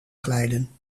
glijden